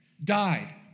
died